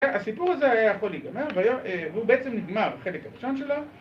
הסיפור הזה היה יכול להיגמר, והוא בעצם נגמר בחלק הראשון שלו